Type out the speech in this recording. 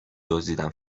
دزدیدن